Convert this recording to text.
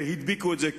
הדביקו את זה,